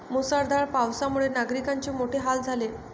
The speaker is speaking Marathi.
मुसळधार पावसामुळे नागरिकांचे मोठे हाल झाले